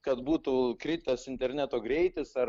kad būtų kritęs interneto greitis ar